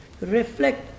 reflect